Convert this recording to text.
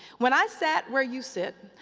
when i sat where you sit,